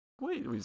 wait